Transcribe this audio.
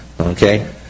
Okay